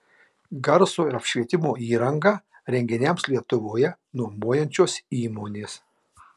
garso ir apšvietimo įrangą renginiams lietuvoje nuomojančios įmonės